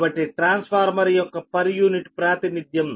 కాబట్టి ట్రాన్స్ఫార్మర్ యొక్క per unit ప్రాతినిధ్యo